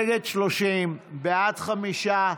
נגד, 30, בעד, חמישה.